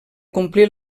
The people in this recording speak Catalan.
complir